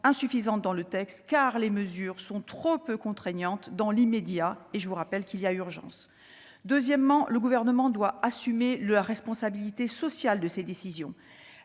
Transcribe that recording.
actionné dans le texte, car les mesures sont trop peu contraignantes dans l'immédiat. Et pourtant, je vous rappelle qu'il y a urgence ! Deuxièmement, le Gouvernement doit assumer les responsabilités sociales de ses décisions.